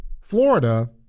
Florida